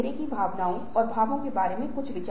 इससे प्रतिकूल परिणाम होगा ये दृढ़ है